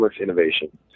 innovation